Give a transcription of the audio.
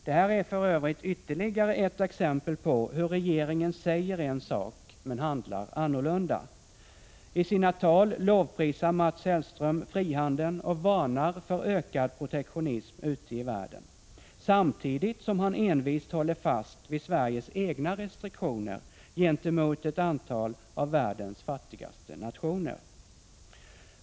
Detta är för övrigt ytterligare ett exempel på hur regeringen säger en sak — Prot. 1985/86:124 men handlar annorlunda. I sina tal lovprisar Mats Hellström frihandeln och 23 april 1986 varnar för ökad protektionism ute i världen, samtidigt som han envist håller fast vid Sveriges egna restriktioner gentemot ett antal av världens fattigaste nationer.